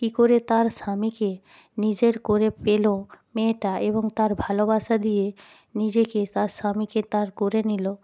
কী করে তার স্বামীকে নিজের করে পেলো মেয়েটা এবং তার ভালোবাসা দিয়ে নিজেকে তার স্বামীকে তার করে নিল